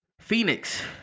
Phoenix